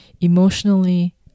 emotionally